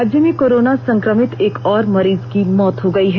राज्य में कोरोना संक्रमित एक और मरीज की मौत हो गई है